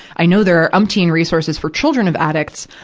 i know there are umpteen resources for children of addicts.